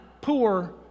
poor